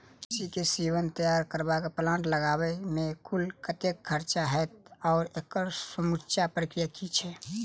मवेसी केँ सीमन तैयार करबाक प्लांट लगाबै मे कुल कतेक खर्चा हएत आ एकड़ समूचा प्रक्रिया की छैक?